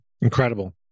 Incredible